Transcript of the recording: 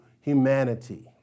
humanity